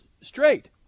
straight